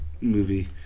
movie